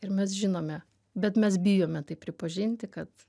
ir mes žinome bet mes bijome tai pripažinti kad